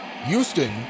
Houston